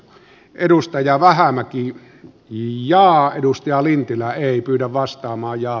ville vähämäki ja edustja lintilä ei pyydä vastaamaan ja